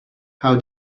how